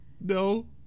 No